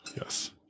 Yes